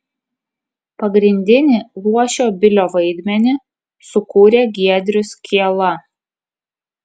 pagrindinį luošio bilio vaidmenį sukūrė giedrius kiela